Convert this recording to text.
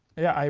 yeah,